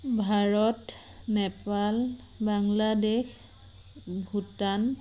Bharat Nepal Bangladesh Bhutan